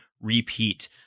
repeat